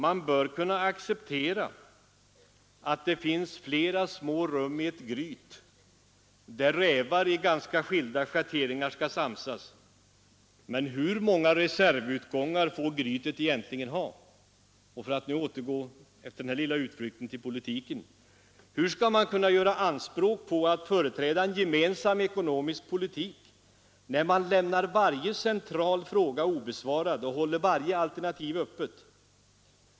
Man bör kunna acceptera att det finns flera små rum i ett gryt, där rävar av ganska skilda schatteringar skall samsas. Men hur många reservutgångar får grytet egentligen ha? Men för att nu återvända till politiken: Hur skall man kunna göra anspråk på att företräda en gemensam ekonomisk politik, när man lämnar varje central fråga obesvarad och håller varje alternativ öppet?